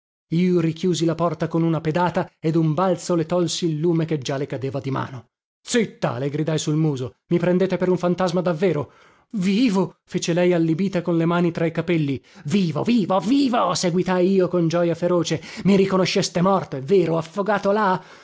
io richiusi la porta con una pedata e dun balzo le tolsi il lume che già le cadeva di mano zitta le gridai sul muso i prendete per un fantasima davvero vivo fece lei allibita con le mani tra i capelli vivo vivo vivo seguitai io con gioja feroce i riconosceste morto è vero affogato là